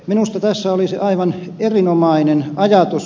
minusta tämä olisi aivan erinomainen ajatus